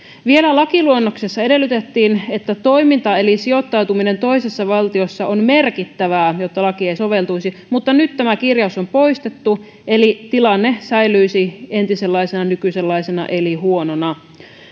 vielä lakiluonnoksessa edellytettiin että toiminta eli sijoittautuminen toisessa valtiossa on merkittävää jotta laki ei soveltuisi mutta nyt tämä kirjaus on poistettu eli tilanne säilyisi entisenlaisena nykyisenlaisena eli huonona